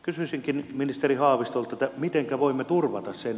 kysyisinkin ministeri haavistolta